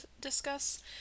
discuss